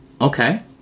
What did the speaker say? Okay